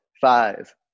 five